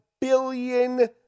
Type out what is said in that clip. billion